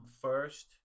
first